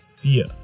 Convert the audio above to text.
fear